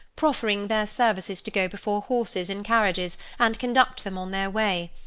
proffering their services to go before horses in carriages, and conduct them on their way.